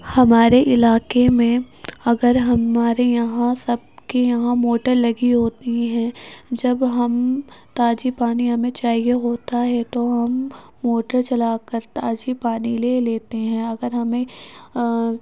ہمارے علاقے میں اگر ہمارے یہاں سب کے یہاں موٹر لگی ہوتی ہیں جب ہم تازہ پانی ہمیں چاہیے ہوتا ہے تو ہم موٹر چلا کر تازہ پانی لے لیتے ہیں اگر ہمیں